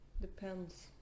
Depends